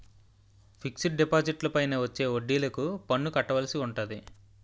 fixed డిపాజిట్లపైన వచ్చే వడ్డిలకు పన్ను కట్టవలసి ఉంటాది